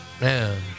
Man